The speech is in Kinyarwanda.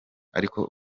ariko